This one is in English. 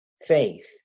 faith